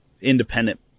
independent